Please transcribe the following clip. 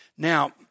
Now